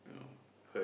hurt